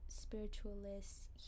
spiritualists